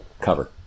cover